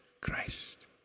Christ